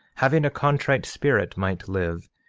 having a contrite spirit, might live,